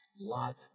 lot